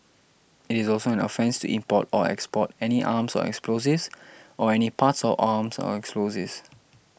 it is also an offence to import or export any arms or explosives or any parts of arms or explosives